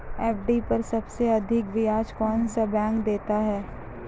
FD पर सबसे अधिक ब्याज कौन सा बैंक देता है?